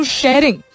sharing